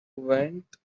went